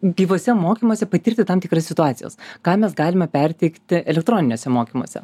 gyvuose mokymuose patirti tam tikras situacijas ką mes galime perteikti elektroniniuose mokymuose